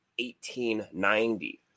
1890